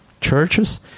churches